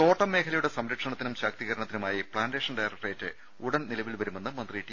തോട്ടം മേഖലയുടെ സംരക്ഷണത്തിനും ശാക്തീകര ണത്തിനുമായി പ്ലാന്റേഷൻ ഡയറക്ടറേറ്റ് ഉടൻ നിലവിൽ വരുമെന്ന് മന്ത്രി ടി